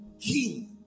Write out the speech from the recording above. king